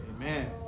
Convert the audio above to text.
Amen